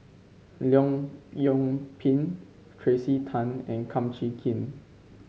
Leong Yoon Pin Tracey Tan and Kum Chee Kin